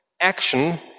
Action